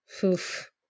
poof